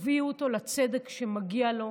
ותביאו אותו לצדק שמגיע לו,